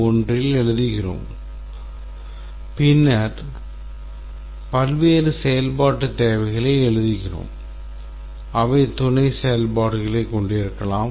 1 இல் எழுதுகிறோம் பின்னர் பல்வேறு செயல்பாட்டுத் தேவைகளை எழுதுகிறோம் அவை துணை செயல்பாடுகளைக் கொண்டிருக்கலாம்